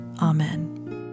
Amen